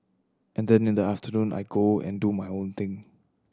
and then in the afternoon I go and do my own thing